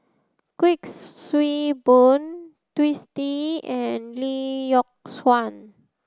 Kuik Swee Boon Twisstii and Lee Yock Suan